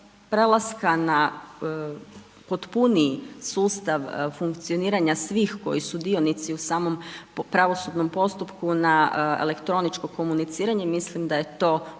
prelaska na potpuniji sustav funkcioniranja svih koji su dionici u samom pravosudnom postupku na elektroničko komuniciranje, mislim da je to u